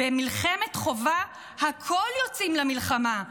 במלחמת חובה הכול יוצאין" למלחמה,